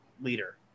leader